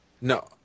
No